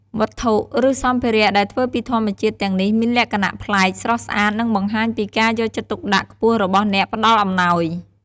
វត្ថុ ឬសម្ភារៈដែលធ្វើពីធម្មជាតិទាំងនេះមានលក្ខណៈប្លែក ស្រស់ស្អាត និងបង្ហាញពីការយកចិត្តទុកដាក់ខ្ពស់របស់អ្នកផ្តល់អំណោយ។